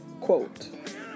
quote